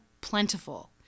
plentiful